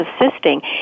assisting